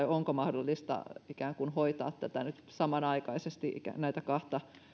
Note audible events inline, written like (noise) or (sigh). (unintelligible) onko mahdollista ikään kuin hoitaa nyt samanaikaisesti näitä kahta